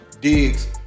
Diggs